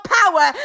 power